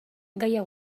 gaia